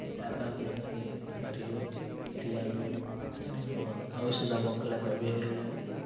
వేపాకులు కాని మరియు మిరియాలు మరియు ఔషధము మొక్కల యొక్క వేర్లు